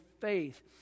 faith